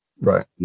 Right